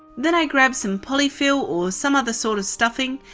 then i grab some poly fill or some other sort of stuffing,